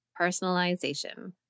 personalization